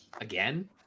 Again